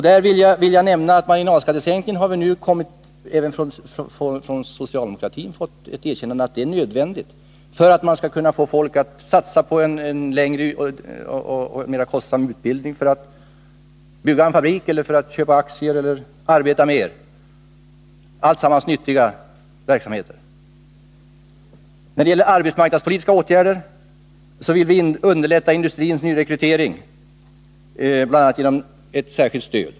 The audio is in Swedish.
Där vill jag säga att det även från socialdemokratin har kommit ett erkännande av att en marginalskattesänkning är nödvändig för att få folk att satsa på en längre och mer kostsam utbildning, bygga fabriker, köpa aktier eller arbeta mer — alltsammans nyttiga verksamheter. När det gäller arbetsmarknadspolitiska åtgärder vill vi underlätta industrins nyrekrytering, bl.a. genom ett särskilt stöd.